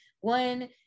one